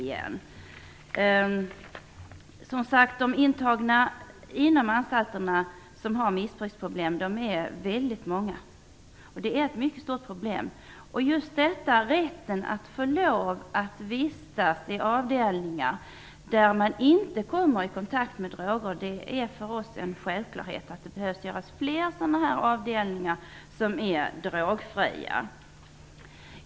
Det är väldigt många intagna på anstalter som har missbruksproblem, och det är ett mycket stort problem. Just rätten att få vistas på avdelningar där man inte kommer i kontakt med droger anser vi vara en självklarhet. Det behövs flera avdelningar som är drogfria.